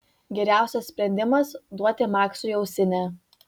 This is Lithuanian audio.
geriausias sprendimas duoti maksui ausinę